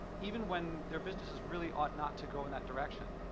even when their businesses really ought not to go in that direction.